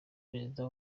perezida